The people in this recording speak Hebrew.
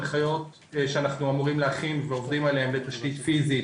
ויש הנחיות שאנחנו אמורים להכין ועובדים עליהם בתשתית פיזית,